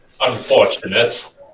Unfortunate